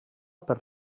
per